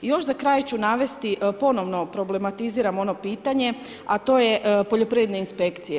I još za kraj ću navesti ponovno problematiziram ono pitanje, a to je Poljoprivredne inspekcije.